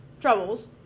troubles